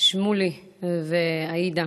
שמולי ועאידה,